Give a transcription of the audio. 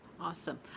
Awesome